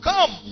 Come